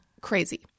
Crazy